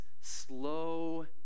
slow